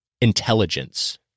Intelligence